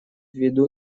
ввиду